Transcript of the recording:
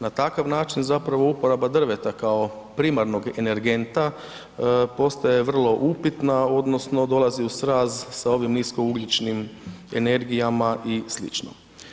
Na takav način zapravo uporaba drveta kao primarnog energenta postaje vrlo upitna odnosno dolazi u sraz sa ovim niskougljičnim energijama i slično.